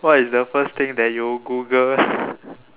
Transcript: what is the first thing that you Google